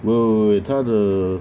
wait wait wait 她的